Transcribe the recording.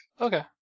Okay